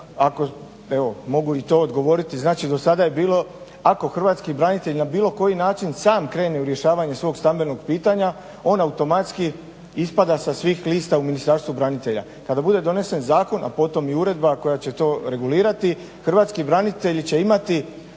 evo mogu i to odgovoriti, znači do sada je bilo ako hrvatski branitelj na bilo koji način sam krene u rješavanje stambenog pitanja on automatski ispada sa svih lista u Ministarstvu branitelja. Kada bude donsen zakon, a potom i uredba koja će to regulirati hrvatski branitelji će imati